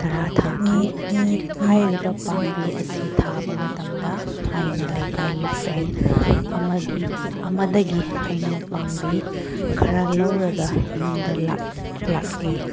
ꯇꯔꯥ ꯊꯥꯈꯤ ꯍꯥꯏꯔꯤꯕ ꯄꯥꯝꯕꯤ ꯑꯁꯤ ꯊꯥꯕ ꯃꯇꯝꯗ ꯑꯩꯅ ꯂꯩꯀꯥꯏꯒꯤ ꯐ꯭ꯔꯦꯟ ꯑꯃꯒꯤ ꯑꯃꯗꯒꯤ ꯍꯩꯅꯧ ꯄꯥꯝꯕꯤ ꯈꯔ ꯂꯧꯔꯒ ꯌꯨꯝꯗ ꯂꯥꯛꯑꯦ